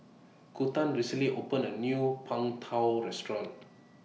Kunta recently opened A New Png Tao Restaurant